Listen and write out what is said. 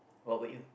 what bout you